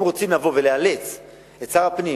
אם רוצים לבוא ולאלץ את שר הפנים,